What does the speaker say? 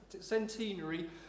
centenary